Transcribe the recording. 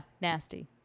nasty